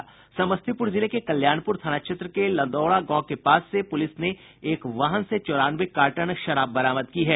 समस्तीपुर जिले के कल्याणपुर थाना क्षेत्र के लदौड़ा गांव के पास से पुलिस ने एक वाहन से चौरानवे कार्टन शराब बरामद की है